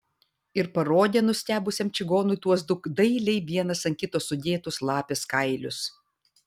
ir parodė nustebusiam čigonui tuos du dailiai vienas ant kito sudėtus lapės kailius